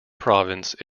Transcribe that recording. province